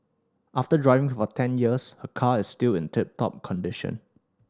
after driving for ten years her car is still in tip top condition